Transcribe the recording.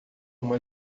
uma